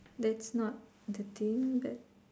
that's not the thing that